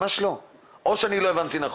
ממש לא, או שאני לא הבנתי נכון.